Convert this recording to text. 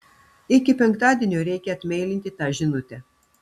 iki penktadienio reikia atmeilinti tą žinutę